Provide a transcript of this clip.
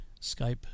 Skype